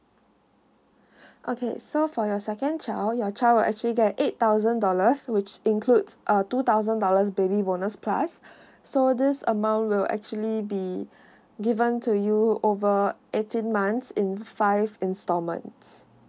okay so for your second child your child will actually get eight thousand dollars which includes uh two thousand dollars baby bonus plus so this amount will actually be given to you over eighteen months in five installment